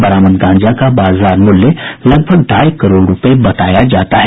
बरामद गांजा का बाजार मूल्य लगभग ढ़ाई करोड़ रुपये बताया जाता है